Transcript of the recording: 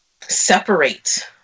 separate